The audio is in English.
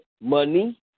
money